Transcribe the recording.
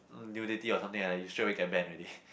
nudity or something like that you straight away get banned already